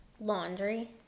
laundry